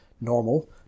normal